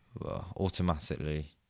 automatically